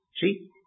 See